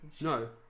No